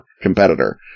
competitor